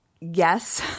Yes